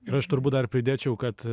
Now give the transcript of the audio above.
ir aš turbūt dar pridėčiau kad